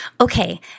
okay